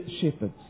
shepherds